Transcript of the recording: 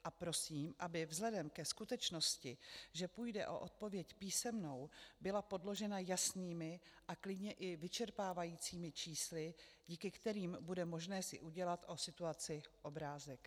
A prosím, aby vzhledem ke skutečnosti, že půjde o odpověď písemnou, byla podložena jasnými a klidně i vyčerpávajícími čísly, díky kterým bude možné si udělat o situaci obrázek.